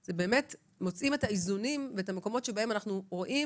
זה באמת מוצאים את האיזונים ואת המקומות בהם אנחנו רואים